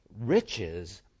riches